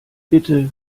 bitte